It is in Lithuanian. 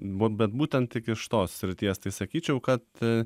buvo bet būtent tik iš tos srities tai sakyčiau kad